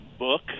Book